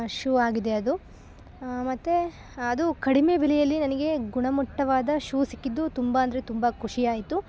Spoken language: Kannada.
ಶೂ ಆಗಿದೆ ಅದು ಮತ್ತೆ ಅದು ಕಡಿಮೆ ಬೆಲೆಯಲ್ಲಿ ನನಗೆ ಗುಣಮಟ್ಟವಾದ ಶೂ ಸಿಕ್ಕಿದ್ದು ತುಂಬ ಅಂದರೆ ತುಂಬ ಖುಷಿಯಾಯ್ತು